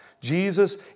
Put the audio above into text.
Jesus